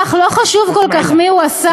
משום כך לא חשוב כל כך מיהו השר,